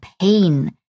pain